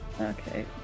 Okay